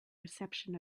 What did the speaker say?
reception